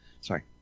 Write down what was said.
Sorry